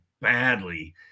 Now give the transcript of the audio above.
badly